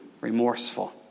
Remorseful